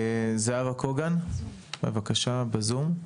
זהבה קוגן, בבקשה, נמצאת בזום.